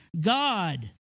God